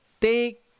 take